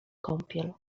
kąpiel